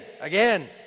again